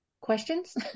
questions